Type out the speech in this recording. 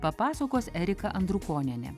papasakos erika andrukonienė